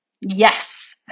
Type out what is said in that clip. Yes